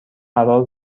قرار